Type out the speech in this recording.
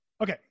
Okay